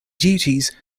duties